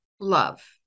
love